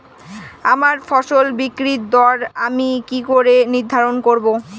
আমার ফসল বিক্রির দর আমি কি করে নির্ধারন করব?